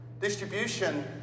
Distribution